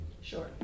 Sure